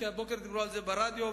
כי הבוקר דיברו על זה ברדיו,